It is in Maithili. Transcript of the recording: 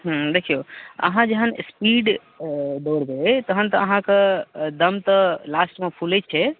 हूँ देखियौ अहाँ जहन स्पीड अऽ दौड़बै तहन तऽ अहाँके अऽ दम तऽ लास्टमे फुलै छै